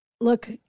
look